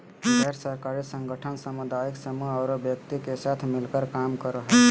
गैर सरकारी संगठन सामुदायिक समूह औरो व्यक्ति के साथ मिलकर काम करो हइ